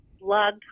blog